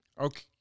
Okay